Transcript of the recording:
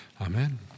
Amen